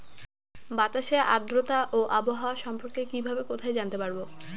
বাতাসের আর্দ্রতা ও আবহাওয়া সম্পর্কে কিভাবে কোথায় জানতে পারবো?